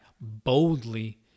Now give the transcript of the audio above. boldly